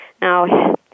Now